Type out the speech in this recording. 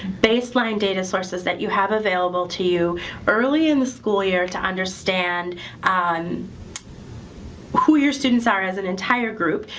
baseline data sources that you have available to you early in the school year to understand um who who your students are as an entire group,